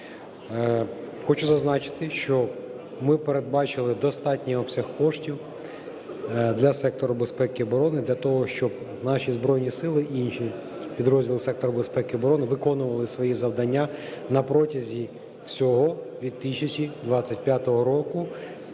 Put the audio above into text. хочу зазначити, що ми передбачили достатній обсяг коштів для сектору безпеки і оборони для того, щоб наші Збройні Сили і інші підрозділі сектору безпеки і оборони виконували свої завдання на протязі всього 2025 року